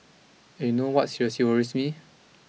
and you know what seriously worries me